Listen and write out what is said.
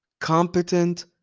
competent